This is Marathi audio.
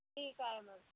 ठीक आहे मग